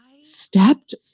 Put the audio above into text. stepped